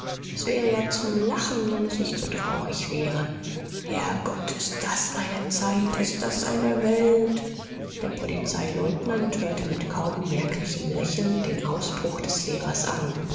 es wäre ja zum lachen wenn es nicht so traurig wäre herrgott ist das eine zeit ist das eine welt der polizeileutnant hörte mit kaum merklichem lächeln den ausbruch des lehrers an